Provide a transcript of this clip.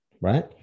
right